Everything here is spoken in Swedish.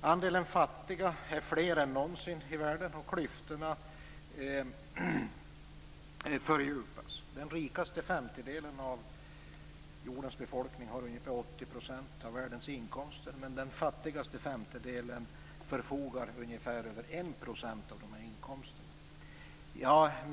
Andelen fattiga är större än någonsin i världen och klyftorna fördjupas. Den rikaste femtedelen av jordens befolkning har ungefär 80 % av världens inkomster, medan den fattigaste femtedelen förfogar över ungefär 1 % av inkomsterna.